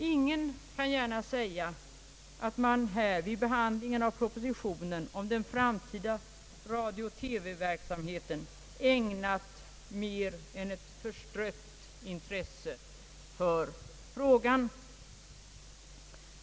Ingen kan gärna säga att man vid behandlingen av propositionen om den framtida radiooch TV-verksamheten ägnat mer än ett förstrött intresse åt frågan.